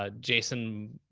ah jason.